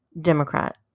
Democrat